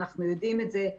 אנחנו יודעים את זה.